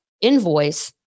invoice